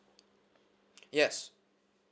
yes